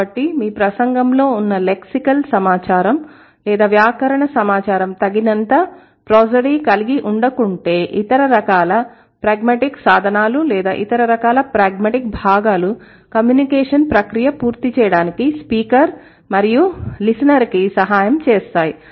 కాబట్టి మీ ప్రసంగంలో ఉన్న లెక్సికల్ సమాచారం లేదా వ్యాకరణ సమాచారం తగినంత ప్రోసోడీ కలిగి ఉండకుంటే ఇతర రకాల ప్రాగ్మాటిక్ సాధనాలు లేదా ఇతర రకాల ప్రాగ్మాటిక్ భాగాలు కమ్యూనికేషన్ ప్రక్రియ పూర్తి చేయడానికి స్పీకర్ మరియు లిసెనర్ కి సహాయం చేస్తాయి